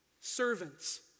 Servants